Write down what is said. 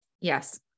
Yes